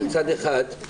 אנחנו עם הגב